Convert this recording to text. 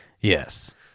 yes